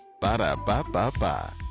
Ba-da-ba-ba-ba